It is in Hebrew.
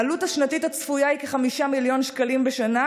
העלות השנתית הצפויה היא כ-5 מיליון שקלים בשנה,